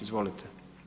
Izvolite.